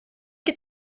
chi